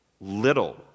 little